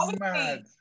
mad